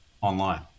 online